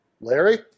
Larry